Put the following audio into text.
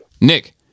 Nick